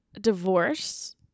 divorce